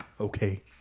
Okay